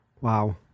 wow